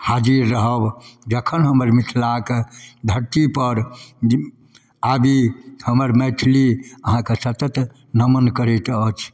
हाजिर रहब जखन हमर मिथिलाके धरतीपर आबी हमर मैथिली अहाँके सतत नमन करैत अछि